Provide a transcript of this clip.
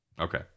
Okay